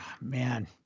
man